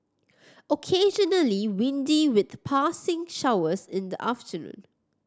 occasionally windy with passing showers in the afternoon